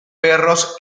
perros